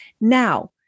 Now